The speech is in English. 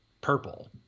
purple